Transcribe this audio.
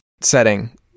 setting